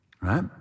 right